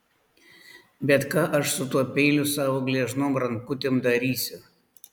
bet ką aš su tuo peiliu savo gležnom rankutėm darysiu